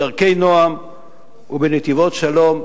בדרכי נועם ובנתיבות שלום,